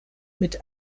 mit